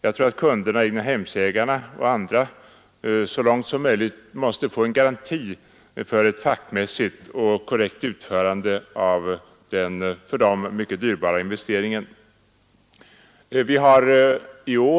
Jag anser att kunderna, egnahemsägarna och andra, så långt som möjligt måste få en garanti för ett fackmässigt och korrekt utförande av den för dem mycket dyrbara investeringen.